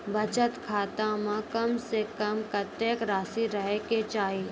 बचत खाता म कम से कम कत्तेक रासि रहे के चाहि?